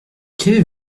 qu’avez